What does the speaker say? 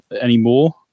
anymore